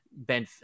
Ben